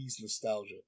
nostalgia